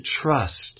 trust